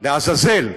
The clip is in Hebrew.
לעזאזל?